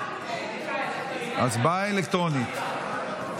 ההצבעה היא אלקטרונית.